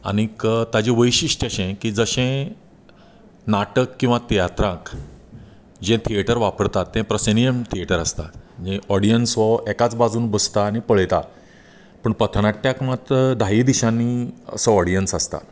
आनीक ताचें वैशिश्ट अशें की जशें नाटक किंवा तियात्राक जें थिएटर वापरतात तें प्रसिनियम थिएटर आसता म्हणजे ऑडियंस हो एकाच बाजून बसता आनी पळयता पूण पथनाट्याक मात धायी दिशांनी असो ऑडियंस आसता